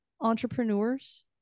entrepreneurs